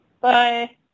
bye